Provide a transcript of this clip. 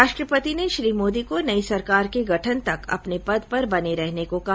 राष्ट्रपति ने श्री मोदी को नई सरकार के गठन तक अपने पद पर बने रहने को कहा